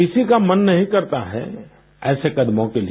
किसी का मन नहीं करता है ऐसे कदमों के लिए